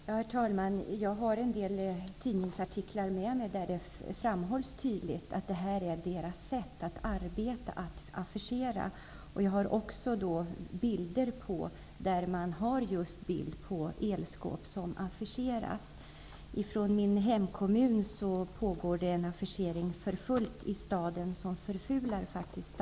Herr talman! Jag har en del tidningsartiklar med mig där det tydligt framhålls att detta är deras sätt att arbeta, att affischera. Jag har också bilder på just elskåp där man har affischerat. I min hemkommun pågår det en affischering för fullt, som faktiskt förfular stadsmiljön.